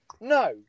No